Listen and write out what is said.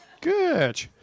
Good